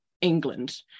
England